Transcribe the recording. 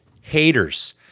haters